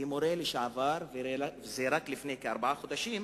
כמורה לשעבר, וזה היה רק לפני ארבעה חודשים,